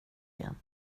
igen